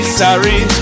sorry